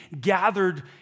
gathered